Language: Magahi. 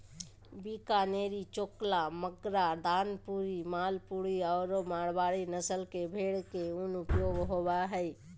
बीकानेरी, चोकला, मागरा, दानपुरी, मालपुरी आरो मारवाड़ी नस्ल के भेड़ के उन उपयोग होबा हइ